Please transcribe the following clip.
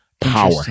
power